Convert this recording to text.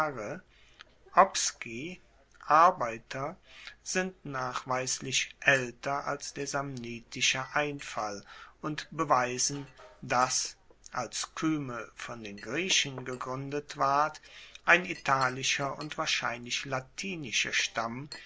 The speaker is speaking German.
sind nachweislich aelter als der samnitische einfall und beweisen dass als kyme von den griechen gegruendet ward ein italischer und wahrscheinlich latinischer stamm